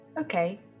Okay